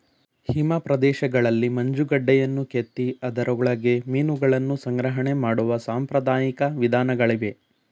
ಹಿಮ ಪ್ರದೇಶಗಳಲ್ಲಿ ಮಂಜುಗಡ್ಡೆಯನ್ನು ಕೆತ್ತಿ ಅದರೊಳಗೆ ಮೀನುಗಳನ್ನು ಸಂಗ್ರಹಣೆ ಮಾಡುವ ಸಾಂಪ್ರದಾಯಿಕ ವಿಧಾನಗಳಿವೆ